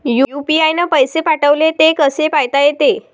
UPI न पैसे पाठवले, ते कसे पायता येते?